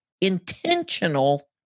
intentional